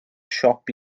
siop